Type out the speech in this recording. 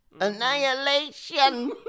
Annihilation